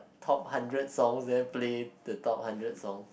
top hundred songs then play the top hundred songs